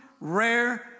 rare